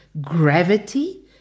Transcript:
gravity